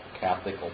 Catholic